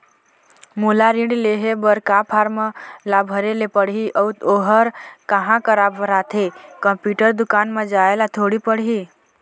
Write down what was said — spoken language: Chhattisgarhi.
मोला ऋण लेहे बर का फार्म ला भरे ले पड़ही अऊ ओहर कहा करा भराथे, कंप्यूटर दुकान मा जाए ला थोड़ी पड़ही?